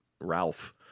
Ralph